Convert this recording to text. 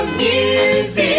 music